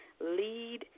lead